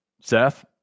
Seth